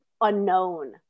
unknown